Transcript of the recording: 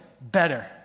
better